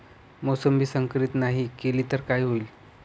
मोसंबी संकरित नाही केली तर काय होईल?